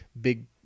big